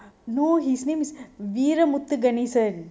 no his name is veeramuthuganeshan